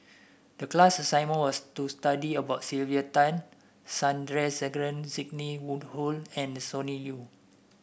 the class assignment was to study about Sylvia Tan Sandrasegaran Sidney Woodhull and Sonny Liew